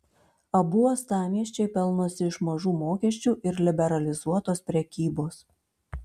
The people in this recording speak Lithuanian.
abu uostamiesčiai pelnosi iš mažų mokesčių ir liberalizuotos prekybos